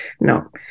No